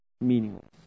Meaningless